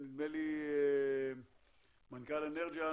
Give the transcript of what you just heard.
מנכ"ל אנרג'יאן?